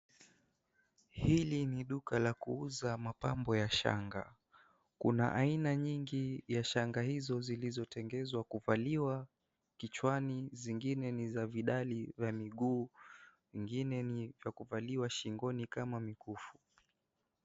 Hili ni duka la kuuza mapambo ya shanga. Kuna aina nyingi ya shanga hizo zilizotengezwa kuvaliwa kichwani, zingine ni za vidali za miguu, ingine ni cha kuvaliwa shingoni kama mikufu.